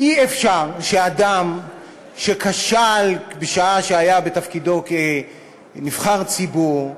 אי-אפשר שאדם שכשל בשעה שהיה בתפקידו כנבחר ציבור,